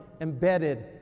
embedded